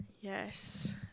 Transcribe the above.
Yes